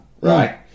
right